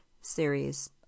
Series